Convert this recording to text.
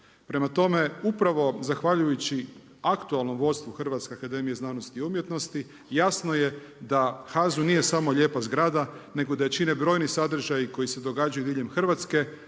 Prema tome, upravo zahvaljujući aktualnom vodstvu Hrvatske akademije znanosti umjetnosti jasno je da HAZU nije samo lijepa zgrada, nego da je čine brojni sadržaji koji se događaju diljem Hrvatske.